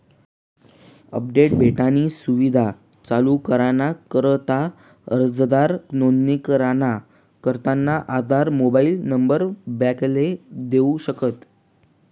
update भेटानी सुविधा चालू कराना करता अर्जदार नोंदणी कराना करता आधार मोबाईल नंबर बॅकले देऊ शकस